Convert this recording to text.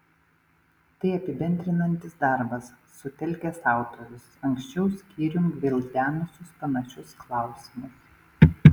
tai apibendrinantis darbas sutelkęs autorius anksčiau skyrium gvildenusius panašius klausimus